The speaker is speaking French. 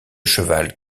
cheval